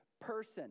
person